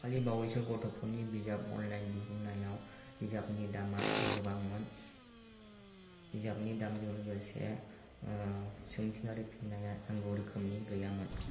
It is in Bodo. दाखालि बावयैसो गथ'फोरनि बिजाब अनलाइन बिहरनायाव बिजाबनि दामा गोबांमोन बिजाबनि दामजों लोगोसे सोंथियारि फिन्नाया नांगौ रोखोमनि गैयामोन